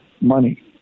money